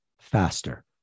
faster